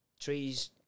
trees